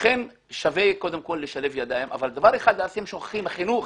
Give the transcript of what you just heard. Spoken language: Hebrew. לכן שווה קודם כל לשלב ידיים אבל דבר אחד אתם שוכחים והוא החינוך.